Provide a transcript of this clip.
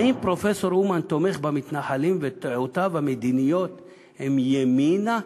האם פרופסור אומן תומך במתנחלים ודעותיו המדיניות הן ימינה?